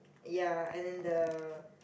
ya and then the